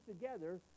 together